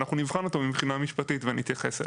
אנחנו נבחן אותו מבחינה משפטית ואני אתייחס אליו,